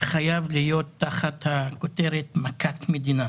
חייב להיות תחת הכותרת מכת מדינה.